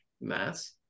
mass